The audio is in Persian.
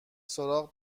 سراغ